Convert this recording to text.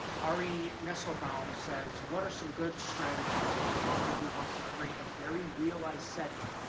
ari nestlebaum says, what are some good strategies for an author who wants to create a very real-life setting,